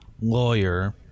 lawyer